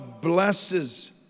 blesses